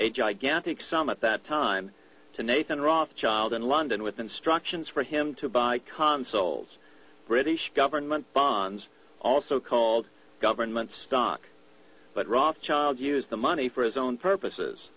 a gigantic some at that time to nathan rothschild in london with instructions for him to buy console's british government bonds also called government stock but rothschild used the money for his own purposes